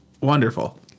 wonderful